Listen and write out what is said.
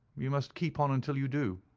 you must keep on until you do.